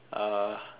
uh